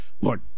look